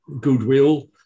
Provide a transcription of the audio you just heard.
goodwill